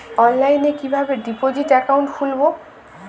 অনলাইনে কিভাবে deposit account খুলবো?